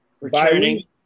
returning